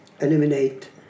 eliminate